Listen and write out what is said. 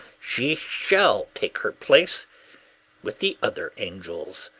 she shall take her place with the other angels.